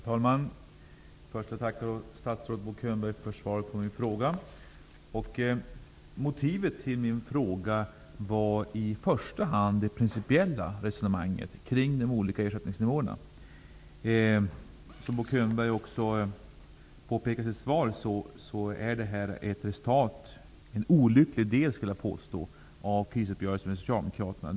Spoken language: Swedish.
Herr talman! Först vill jag tacka statsrådet Bo Könberg för svaret på min fråga. Motivet till min fråga var i första hand det principiella resonemanget kring de olika ersättningsnivåerna. Bo Könberg påpekar i svaret att det här är ett resultat -- en olycklig del, skulle jag vilja påstå -- av krisuppgörelsen med Socialdemokraterna.